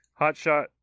hotshot